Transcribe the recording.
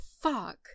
fuck